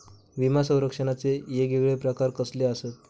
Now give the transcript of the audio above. विमा सौरक्षणाचे येगयेगळे प्रकार कसले आसत?